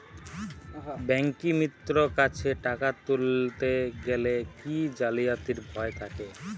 ব্যাঙ্কিমিত্র কাছে টাকা তুলতে গেলে কি জালিয়াতির ভয় থাকে?